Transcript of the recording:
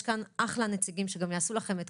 יש כאן אחלה נציגים שגם יעשו לכם את